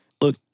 Look